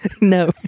No